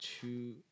Two